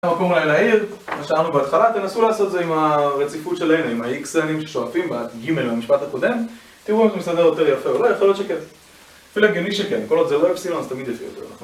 המקום אולי להעיר, מה שאמרנו בהתחלה, תנסו לעשות זה עם הרציפות של הN-ים, עם ה-x N-ים ששואפים בג', במשפט הקודם, תראו אם זה מסתדר יותר יפה או לא, יכול להיות שכן. אפילו הגיוני שכן, אם כל עוד זה לא אפסילון אז תמיד יהיה יותר נכון.